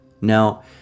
Now